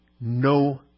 no